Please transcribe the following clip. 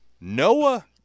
Noah